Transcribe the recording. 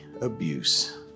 abuse